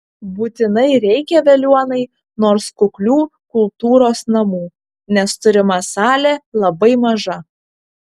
būtinai reikia veliuonai nors kuklių kultūros namų nes turima salė labai maža